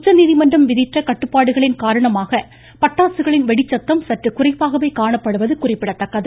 உச்சநீதிமன்றம் விதித்த கட்டுப்பாடுகளின் காரணமாக பட்டாசுகளின் வெடிச்சத்தம் சற்று குறைவாகவே காணப்படுவது குறிப்பிடத்தக்கது